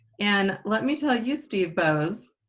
and let me tell you, steve boese,